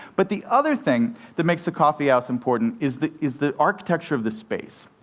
but the other thing that makes the coffeehouse important is the is the architecture of the space.